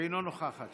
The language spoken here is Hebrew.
אינה נוכחת,